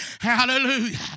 Hallelujah